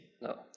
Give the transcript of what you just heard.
no